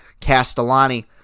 Castellani